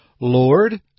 Lord